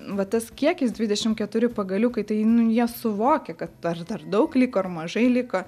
va tas kiekis dvidešimt keturi pagaliukai tai jie suvokia kad dar ir dar daug liko ar mažai liko